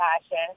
passion